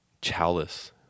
Chalice